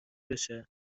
بشه